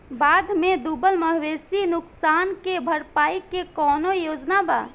बाढ़ में डुबल मवेशी नुकसान के भरपाई के कौनो योजना वा?